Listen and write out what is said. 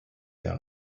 der